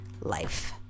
life